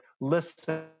Listen